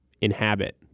inhabit